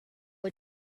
what